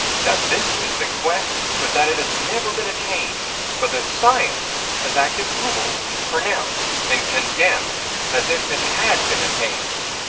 that this is the quest but that it has never been attained but that science has acted, ruled, pronounced, and condemned as if it had been attained.